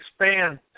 expand